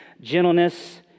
gentleness